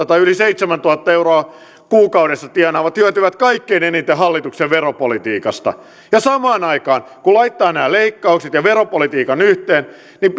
tai yli seitsemäntuhatta euroa kuukaudessa tienaavat hyötyvät kaikkein eniten hallituksen veropolitiikasta ja samaan aikaan kun laittaa nämä leikkaukset ja veropolitiikan yhteen niin